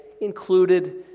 included